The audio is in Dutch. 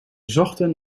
zochten